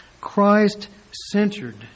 Christ-centered